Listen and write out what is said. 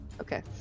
okay